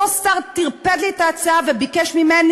אותו שר טרפד לי את ההצעה וביקש ממני